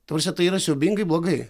ta prasme tai yra siaubingai blogai